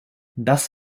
das